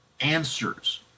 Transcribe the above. answers